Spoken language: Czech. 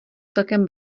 celkem